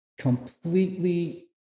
completely